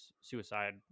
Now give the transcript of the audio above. suicide